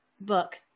book